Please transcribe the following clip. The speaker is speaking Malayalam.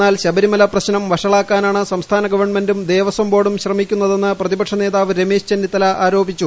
എന്നാൽ ശബരിമല പ്രശ്നം വഷളാക്കാനാണ് സംസ്ഥാന ഗവണ്മെന്റും ദേവസ്വം ബോർഡും ശ്രമിക്കുന്നതെന്ന് പ്രതിപക്ഷ നേതാവ് രമേശ്ചെന്നിത്തല ആരോപിച്ചു